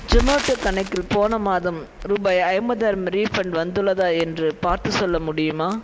ஜொமேட்டோ கணக்கில் போன மாதம் ரூபாய் ஐம்பதாயிரம் ரீஃபண்ட் வந்துள்ளதா என்று பார்த்து சொல்ல முடியுமா